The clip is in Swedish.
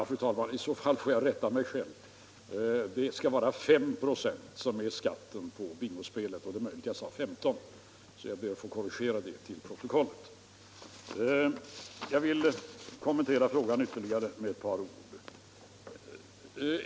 Fru talman! Då får jag rätta mig själv. Skatten på bingospel är 5 96. Det är möjligt att jag sade 15 96, och i så fall ber jag att få göra denna korrigering till protokollet. Jag vill kommentera den framställda frågan med ytterligare ett par ord.